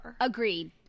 Agreed